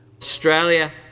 Australia